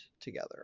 together